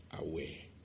away